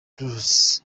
bruce